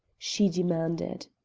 she demanded.